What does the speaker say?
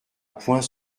point